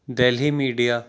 Delhi media